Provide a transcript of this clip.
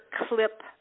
Clip